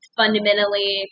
fundamentally